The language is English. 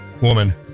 woman